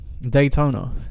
daytona